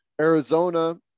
Arizona